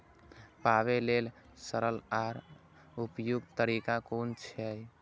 मापे लेल सरल आर उपयुक्त तरीका कुन छै?